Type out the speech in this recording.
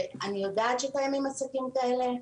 אני יודעת שקיימים מצבים כאלה,